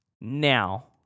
Now